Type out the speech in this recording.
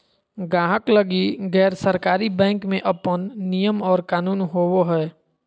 गाहक लगी गैर सरकारी बैंक के अपन नियम और कानून होवो हय